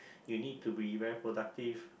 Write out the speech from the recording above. you need to be very productive